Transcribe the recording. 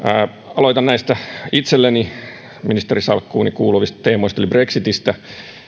aloitan näistä itselleni ministerisalkkuuni kuuluvista teemoista eli brexitistä